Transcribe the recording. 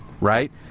right